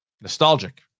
Nostalgic